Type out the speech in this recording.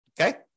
Okay